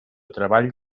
treball